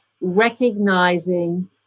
recognizing